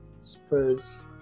Spurs